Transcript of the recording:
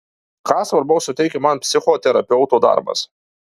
ką svarbaus suteikia man psichoterapeuto darbas